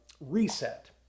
Reset